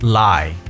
lie